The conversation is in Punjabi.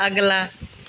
ਅਗਲਾ